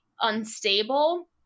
unstable